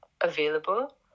available